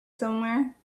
somewhere